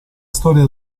storia